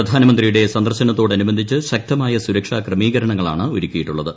പ്രധാനമന്ത്രിയുടെ സന്ദർശനത്തോടനുബന്ധിച്ച് ശക്തമായ സുരക്ഷാ ക്രമീകരണങ്ങളാണ് ഒരുക്കിയിട്ടുള്ളത്